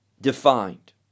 defined